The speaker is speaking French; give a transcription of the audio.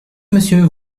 monsieur